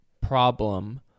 problem